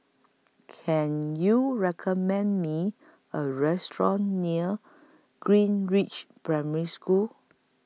Can YOU recommend Me A Restaurant near Greenridge Primary School